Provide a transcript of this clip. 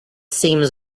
seems